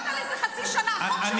העובדה היא שנתת לזה חצי שנה, החוק שלך.